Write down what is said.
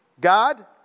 God